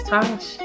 Tosh